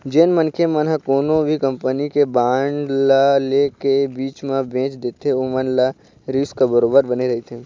जेन मनखे मन ह कोनो भी कंपनी के बांड ल ले के बीच म बेंच देथे ओमन ल रिस्क बरोबर बने रहिथे